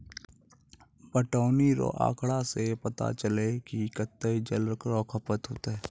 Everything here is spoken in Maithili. पटौनी रो आँकड़ा से पता चलै कि कत्तै जल रो खपत होतै